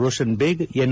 Roshan Baig N